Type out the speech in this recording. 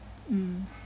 mm